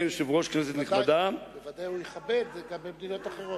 לכבד זה גם במדינות אחרות.